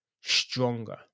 stronger